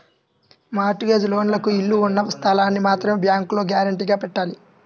mart gauge లోన్లకు ఇళ్ళు ఉన్న స్థలాల్ని మాత్రమే బ్యేంకులో గ్యారంటీగా పెట్టాలి